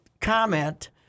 comment